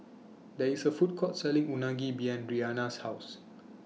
There IS A Food Court Selling Unagi behind Rihanna's House